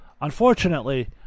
Unfortunately